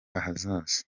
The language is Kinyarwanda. ahazaza